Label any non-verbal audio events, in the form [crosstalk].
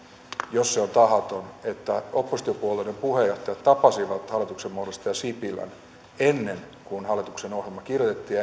jos se on tahaton että oppositiopuolueiden puheenjohtajat tapasivat hallituksen muodostaja sipilän ennen kuin hallituksen ohjelma kirjoitettiin [unintelligible]